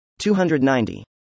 290